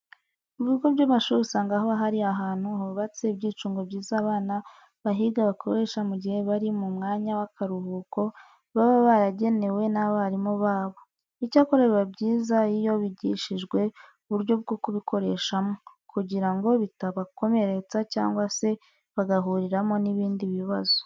Mu bigo by'amashuri usanga haba hari ahantu hubatse ibyicungo byiza abana bahiga bakoresha mu gihe bari mu mwanya w'akaruhuko baba baragenewe n'abarimu babo. Icyakora biba byiza iyo bigishijwe uburyo bwo kubikoreshamo kugira ngo bitabakomeretsa cyangwa se bagahuriramo n'ibindi bibazo.